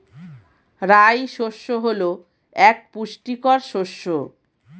রাই শস্য হল এক পুষ্টিকর শস্য